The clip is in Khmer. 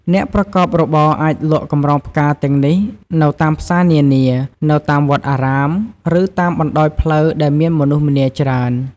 អ្នកប្រកបរបរអាចលក់កម្រងផ្កាទាំងនេះនៅតាមផ្សារនានា នៅតាមវត្តអារាម ឬតាមបណ្ដោយផ្លូវដែលមានមនុស្សម្នាច្រើន។